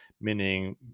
meaning